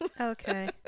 Okay